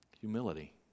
Humility